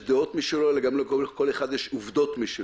דעות משלו אלא גם לכל אחד יש עובדות משלו.